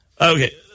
Okay